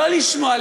לא לשמוע,